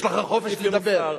יש לך חופש לדבר.